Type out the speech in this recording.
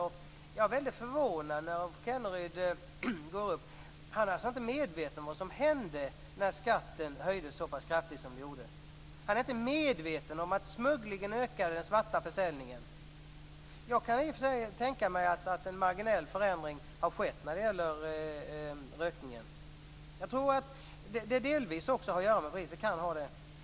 Jag blir väldigt förvånad när Rolf Kenneryd går upp. Han är alltså inte medveten om vad som hände när skatten höjdes så pass kraftigt som skedde. Han är inte medveten om att smugglingen och den svarta försäljningen ökade. Jag kan i och för sig tänka mig att en marginell förändring har skett när det gäller rökningen. Jag tror att det delvis kan ha med priset göra. Det kan ha det.